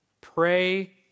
Pray